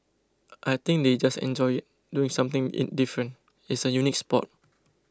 I think they just enjoy doing something it different it's a unique sport